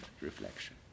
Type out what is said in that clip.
reflection